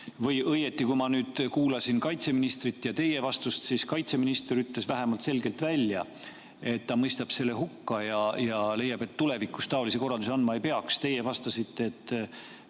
Või õieti, kui ma nüüd kuulasin kaitseministrit ja teie vastust, siis kaitseminister ütles vähemalt selgelt välja, et ta mõistab selle hukka ja leiab, et tulevikus taolisi korraldusi andma ei peaks. Teie vastasite, et